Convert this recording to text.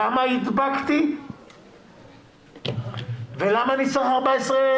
כמה הדבקתי ולמה אני צריך 14,